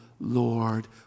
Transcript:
Lord